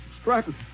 Stratton